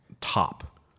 top